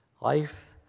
life